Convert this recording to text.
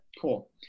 cool